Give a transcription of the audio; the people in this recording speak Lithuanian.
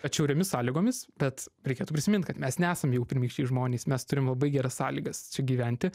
atšiauriomis sąlygomis bet reikėtų prisimint kad mes nesam jau pirmykščiai žmonės mes turim labai geras sąlygas čia gyventi